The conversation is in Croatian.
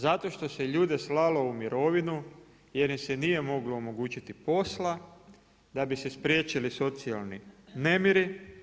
Zato što se ljude slalo u mirovinu, jer im se nije moglo omogućiti posla da bi se spriječili socijalni nemiri.